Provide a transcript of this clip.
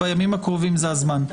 בימים הקרובים זה הזמן.